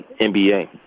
NBA